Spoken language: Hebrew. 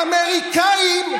אמריקאים,